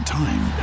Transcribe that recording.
time